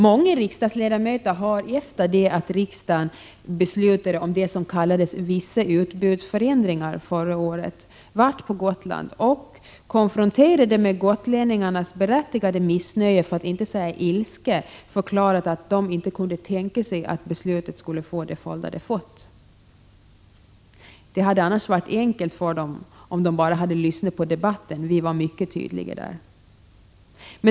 Många riksdagsledamöter har efter det att riksdagen förra året beslutade om det som kallades ”vissa utbudsförändringar” varit på Gotland — konfronterade med gotlänningarnas berättigade missnöje, för att inte säga ilska — och förklarat att de inte kunde tänka sig att beslutet skulle få de följder det fått. Det hade annars varit enkelt för dem om de bara hade lyssnat på debatten. Vi var mycket tydliga där.